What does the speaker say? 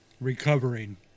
Recovering